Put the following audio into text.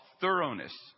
thoroughness